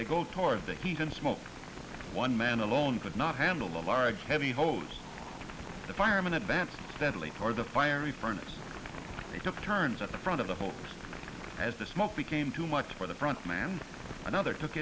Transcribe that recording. they go toward the heat and smoke one man alone could not handle the large heavy hose the firemen advanced steadily for the fiery furnace they took turns at the front of the hole as the smoke became too much for the front man another took